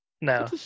No